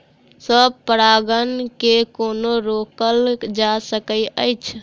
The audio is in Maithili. स्व परागण केँ कोना रोकल जा सकैत अछि?